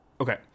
Okay